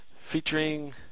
Featuring